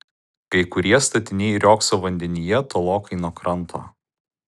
kai kurie statiniai riogso vandenyje tolokai nuo kranto